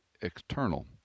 external